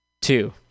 Two